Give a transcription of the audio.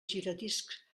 giradiscs